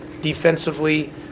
defensively